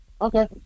Okay